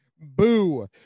Boo